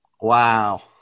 Wow